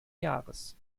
jahres